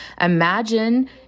Imagine